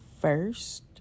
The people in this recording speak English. First